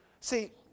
See